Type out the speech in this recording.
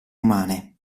umane